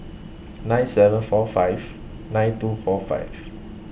nine seven four five nine two four five